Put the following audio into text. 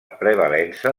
prevalença